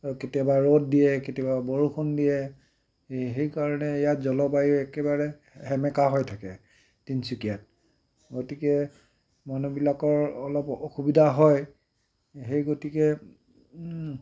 আৰু কেতিয়াবা ৰ'দ দিয়ে কেতিয়াবা বৰষুণ দিয়ে এই সেইকাৰণে ইয়াত জলবায়ু একেবাৰে সেমেকা হৈ থাকে তিনিচুকীয়াত গতিকে মানুহবিলাকৰ অলপ অসুবিধা হয় সেই গতিকে